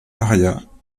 arias